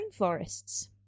rainforests